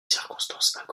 circonstances